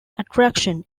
attraction